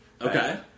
Okay